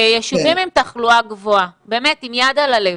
ביישובים עם תחלואה גבוהה, עם יד על הלב,